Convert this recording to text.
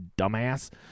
dumbass